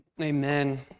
Amen